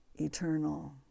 eternal